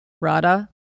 Rada